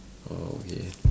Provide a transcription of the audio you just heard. orh okay